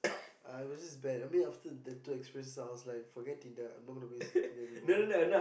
I was just bad I mean after that bad experience I was just like forget it I am not going to waste this thing anymore